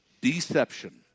Deception